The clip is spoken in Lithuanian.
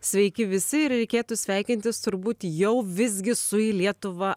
sveiki visi ir reikėtų sveikintis turbūt jau visgi su į lietuvą